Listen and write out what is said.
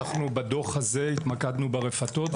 בדוח הזה התמקדנו ברפתות,